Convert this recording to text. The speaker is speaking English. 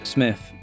Smith